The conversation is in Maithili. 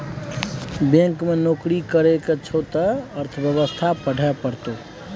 बैंक मे नौकरी करय केर छौ त अर्थव्यवस्था पढ़हे परतौ